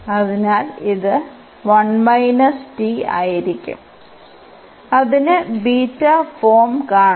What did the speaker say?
അതിനാൽ ഇത് 1 t ആയിരിക്കും അതിന് ബീറ്റ ഫോം കാണണം